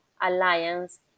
alliance